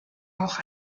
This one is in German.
auch